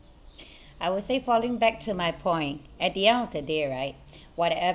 I would say falling back to my point at the end of the day right whatever